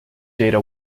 data